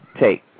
take